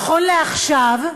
נכון לעכשיו,